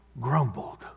grumbled